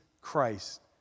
Christ